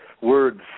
words